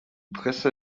presse